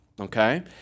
okay